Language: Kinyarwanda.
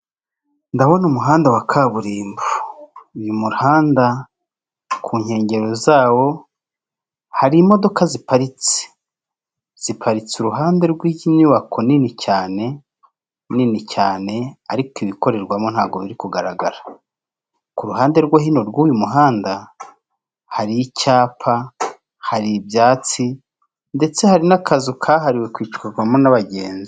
Ndabona umuhanda wa kaburimbo uyu muhanda ku nkengero zawo hari imodoka ziparitse, ziparitse iruhande rw'inyubako nini cyane nini cyane ariko ibikorerwamo ntago biri kugaragara, ku ruhande rwo hino rw'uyu muhanda hari icyapa, hari ibyatsi ndetse hari n'akazu kahariwe kwicirwamo n'abagenzi.